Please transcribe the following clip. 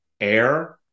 air